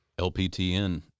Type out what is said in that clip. lptn